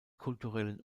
kulturellen